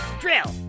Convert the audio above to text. Drill